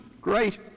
great